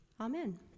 Amen